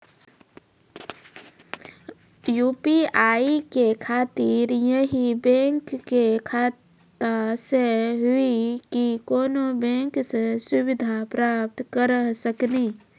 UPI के खातिर यही बैंक के खाता से हुई की कोनो बैंक से सुविधा प्राप्त करऽ सकनी?